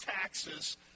taxes